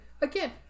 again